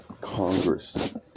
congress